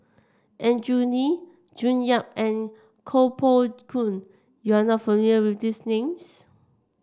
Andrew Lee June Yap and Koh Poh Koon you are not familiar with these names